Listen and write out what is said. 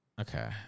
Okay